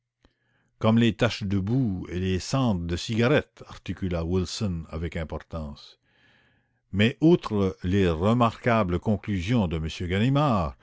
comme les taches de boue et les cendres de cigarette articula wilson avec importance mais outre les remarquables conclusions de m ganimard